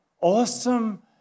awesome